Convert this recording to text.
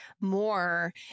more